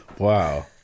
Wow